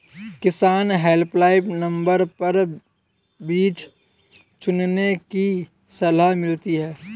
किसान helpline number पर बीज चुनने की सलाह मिलती है